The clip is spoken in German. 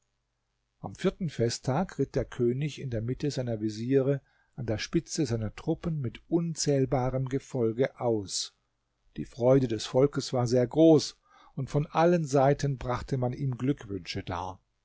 am vierten festtag ritt der könig in der mitte seiner veziere an der spitze seiner truppen mit unzählbarem gefolge aus die freude des volkes war sehr groß und von allen seiten brachte man ihm glückwünsche dar